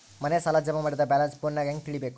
ಮನೆ ಸಾಲ ಜಮಾ ಮಾಡಿದ ಬ್ಯಾಲೆನ್ಸ್ ಫೋನಿನಾಗ ಹೆಂಗ ತಿಳೇಬೇಕು?